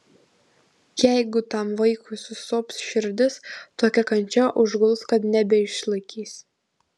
jeigu tam vaikui susops širdį tokia kančia užguls kad nebeišlaikys